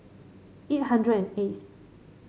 eight hundred and eighth